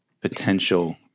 potential